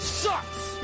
sucks